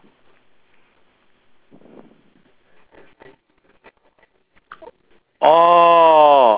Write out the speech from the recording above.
orh